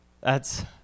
thats